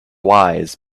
wise